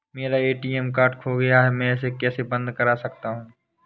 मेरा ATM card खो गया है मैं इसे कैसे बंद करवा सकता हूँ?